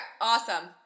awesome